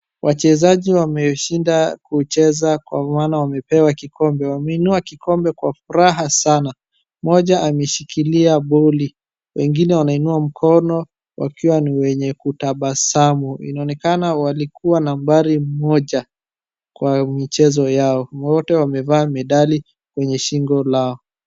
Wachezaji wameshinda kucheza kwa maana wamepewa kikombe. Wameinua kikombe kwa furaha sana, moja ameshikilia boli, wengine wanainua mkono wakiwa ni wenye kutabasamu. Inaonekana walikuwa nambari moja kwa michezo yao. Wote wamevaa medali kwenye shingo lao.